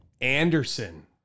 Anderson